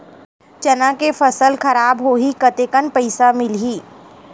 चना के फसल खराब होही कतेकन पईसा मिलही?